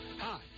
Hi